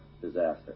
disaster